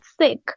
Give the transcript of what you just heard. sick